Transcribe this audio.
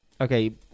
Okay